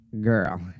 girl